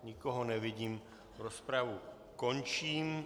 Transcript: Nikoho nevidím, rozpravu končím.